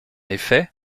effet